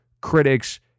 critics